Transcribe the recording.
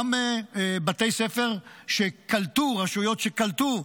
גם בתי ספר שקלטו, רשויות שקלטו,